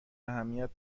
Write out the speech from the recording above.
اهمیت